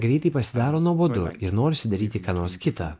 greitai pasidaro nuobodu ir norisi daryti ką nors kitą